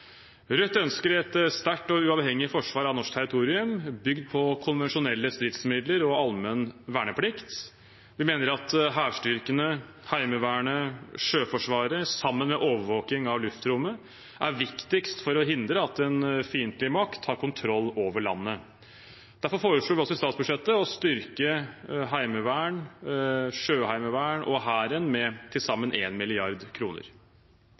Rødt ønsker et sterkt og uavhengig forsvar av norsk territorium bygd på konvensjonelle stridsmidler og allmenn verneplikt. Vi mener at hærstyrkene, Heimevernet, Sjøforsvaret, sammen med overvåking av luftrommet, er viktigst for å hindre at en fiendtlig makt tar kontroll over landet. Derfor foreslo vi også i statsbudsjettet å styrke Heimevernet, Sjøheimevernet og Hæren med til sammen